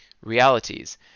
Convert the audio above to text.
Realities